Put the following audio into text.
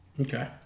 Okay